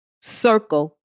circle